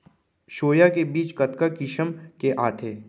Soya के बीज कतका किसम के आथे?